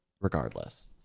regardless